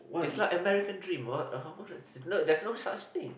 is like American dream what no there's no such thing